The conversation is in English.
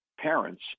parents